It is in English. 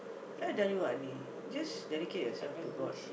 did I tell you what just dedicate yourself to God